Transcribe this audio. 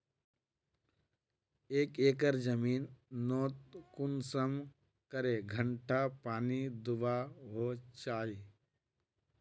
एक एकर जमीन नोत कुंसम करे घंटा पानी दुबा होचए?